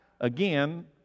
again